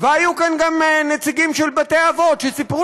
והיו כאן גם נציגים של בתי-אבות שסיפרו